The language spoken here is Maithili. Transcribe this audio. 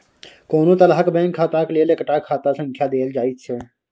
कोनो तरहक बैंक खाताक लेल एकटा खाता संख्या देल जाइत छै